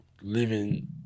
living